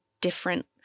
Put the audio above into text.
different